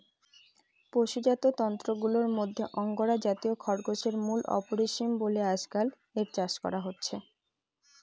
পশুজাত তন্তুগুলার মধ্যে আঙ্গোরা জাতীয় খরগোশের মূল্য অপরিসীম বলে আজকাল এর চাষ করা হচ্ছে